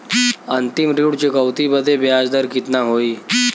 अंतिम ऋण चुकौती बदे ब्याज दर कितना होई?